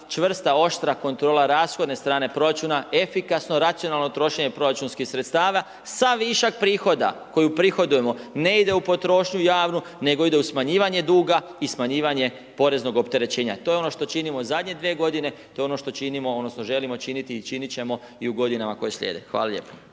čvrsta, oštra kontrola rashodne strane proračuna, efikasno racionalno trošenje proračunskih sredstava, sa višak prihoda koju prihodujemo ne ide u potrošnju javnu, nego ide u smanjivanje duga i smanjivanje poreznog opterećenja. To je ono što činimo zadnje dve godine, to je ono što činimo, odnosno želimo činiti i činit ćemo i u godinama koje slijede. Hvala lijepa.